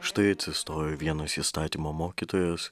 štai atsistojo vienas įstatymo mokytojas